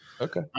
okay